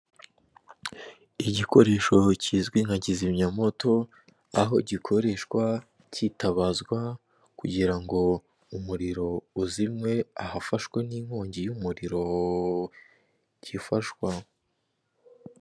Igikoresho kizwi nka kizimyamoto aho gikoreshwa kitabazwa kugira ngo umuriro uzimwe ahafashwe n'inkongi y'umuriro kifashwa.